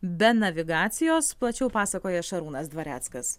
be navigacijos plačiau pasakoja šarūnas dvareckas